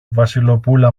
βασιλοπούλα